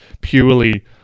purely